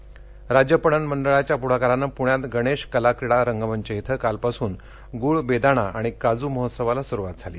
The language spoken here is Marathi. गळ महोत्सव राज्य पणन मंडळाच्या पुढाकारानं पुण्यात गणेश कला क्रिडा रंगमंच इथं कालपासून गुळ बेदाणा आणि काजू महोत्सवाला सुरुवात झाली